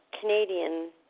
Canadian